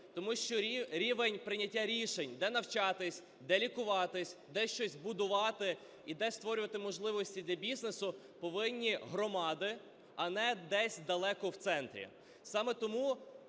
Тому що рівень прийняття рішень: де навчатись, де лікуватись, де щось будувати і де створювати можливості для бізнесу, - повинні громади, а не десь далеко в центрі. Саме тому